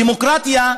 דמוקרטיה,